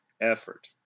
effort